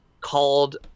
called